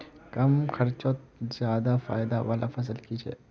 कम खर्चोत ज्यादा फायदा वाला फसल की छे?